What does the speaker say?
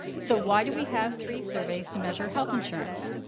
so why do we have three surveys to measure health insurance?